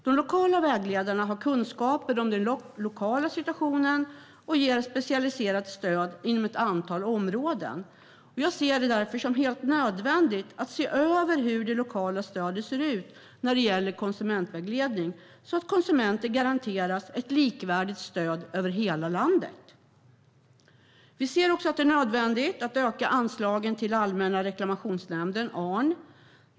De lokala vägledarna har kunskaper om den lokala situationen och ger specialiserat stöd inom ett antal områden. Jag ser det därför som helt nödvändigt att se över hur det lokala stödet ser ut när det gäller konsumentvägledning så att konsumenter garanteras ett likvärdigt stöd över hela landet. Vi ser också att det är nödvändigt att öka anslaget till Allmänna reklamationsnämnden, ARN.